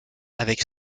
avec